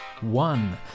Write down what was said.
one